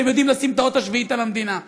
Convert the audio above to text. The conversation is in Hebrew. אתם יודעים לשים את האות השביעית על המדינה.